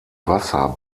wasser